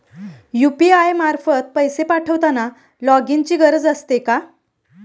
UPI मार्फत पैसे पाठवताना लॉगइनची गरज असते का?